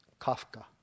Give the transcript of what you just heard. Kafka